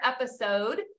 episode